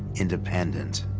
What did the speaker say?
independent,